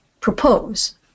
propose